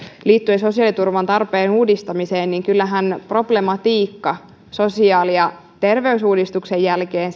liittyen sosiaaliturvan tarpeen uudistamiseen niin kyllähän problematiikka sosiaali ja terveysuudistuksen jälkeen